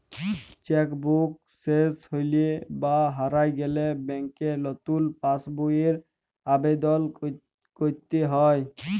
cheque book শেস হৈলে বা হারায় গেলে ব্যাংকে লতুন পাস বইয়ের আবেদল কইরতে হ্যয়